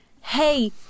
hey